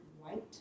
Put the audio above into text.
white